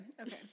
okay